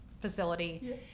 facility